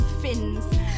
fins